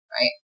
right